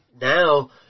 Now